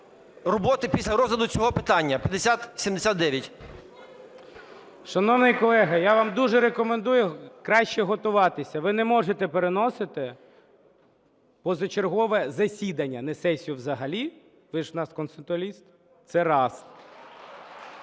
роботи, після розгляду цього питання 5079. ГОЛОВУЮЧИЙ. Шановний колего, я вам дуже рекомендую краще готуватися, ви не можете переносити позачергове засідання, ні сесію взагалі. Ви ж в нас конституаліст. Це раз.